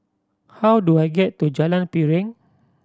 how do I get to Jalan Piring